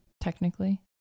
Technically